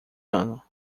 ano